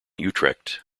utrecht